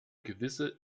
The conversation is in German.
gewisse